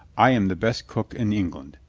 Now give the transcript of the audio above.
i am the best cook in england.